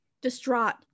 Distraught